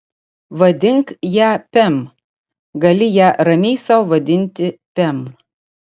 vadink ją pem gali ją ramiai sau vadinti pem